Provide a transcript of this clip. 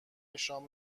شام